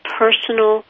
personal